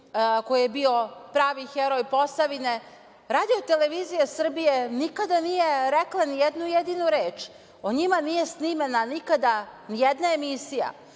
koji je bio pravi heroj „Posavine“.Radio-televizija Srbije nikada nije rekla ni jednu jedinu reč, o njima nije snimana nikada ni jedna emisija,